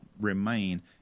remain